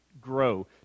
grow